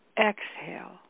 exhale